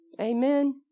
Amen